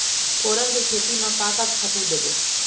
फोरन के खेती म का का खातू देबो?